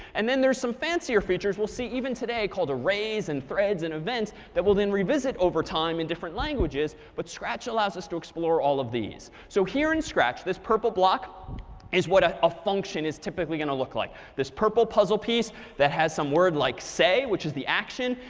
and then there are some fancier features we'll see even today, called arrays and threads and events, that we'll then revisit over time in different languages. but scratch allows us to explore all of these. so here in scratch, this purple block is what a ah function is typically going to look like. this purple puzzle piece that has some word like say, which is the action,